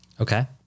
Okay